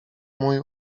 mój